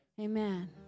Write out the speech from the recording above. Amen